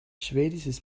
schwedischen